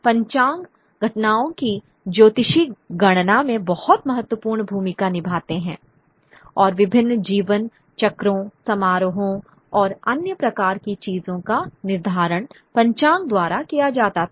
पंचांग घटनाओं की ज्योतिषीय गणना में बहुत महत्वपूर्ण भूमिका निभाते हैं और विभिन्न जीवन चक्रों समारोहों और अन्य प्रकार की चीजों का निर्धारण पंचांग द्वारा किया जाता था